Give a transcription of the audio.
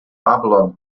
babylon